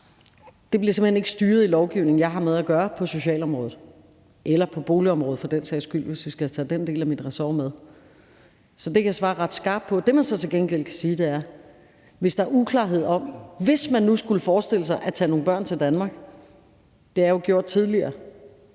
Det bliver simpelt hen ikke styret i lovgivningen, jeg har med at gøre på socialområdet eller på boligområdet for den sags skyld, hvis vi skal tage den del af mit ressort med. Så det kan jeg svare ret skarpt på. Det, man så til gengæld kan sige, er, hvis der er uklarhed om det, at hvis man nu skulle forestille sig at tage nogle børn til Danmark – det er jo gjort tidligere